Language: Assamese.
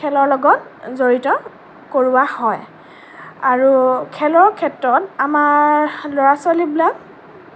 খেলৰ লগত জড়িত কৰোৱা হয় আৰু খেলৰ ক্ষেত্ৰত আমাৰ ল'ৰা ছোৱালীবিলাক